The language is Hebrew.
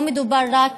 ולא מדובר רק